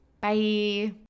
Bye